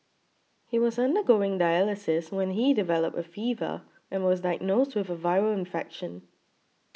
he was undergoing dialysis when he developed a fever and was diagnosed with a viral infection